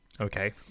Okay